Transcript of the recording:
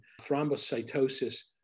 thrombocytosis